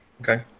Okay